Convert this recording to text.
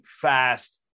fast